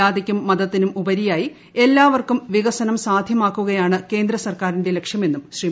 ജാതിക്കും മതത്തിനും ഉപരിയായി എല്ലാവർക്കും വികസനം സാധ്യമാക്കുകയാണ് കേന്ദ്രസർക്കാരിന്റെ ലക്ഷ്യമെന്നും ശ്രീ